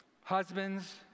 Husbands